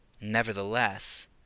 Nevertheless